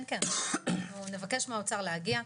כן, כן, אנחנו נבקש מהאוצר להגיע.